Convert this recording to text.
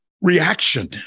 reaction